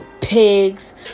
pigs